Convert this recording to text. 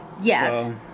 Yes